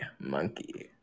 Monkey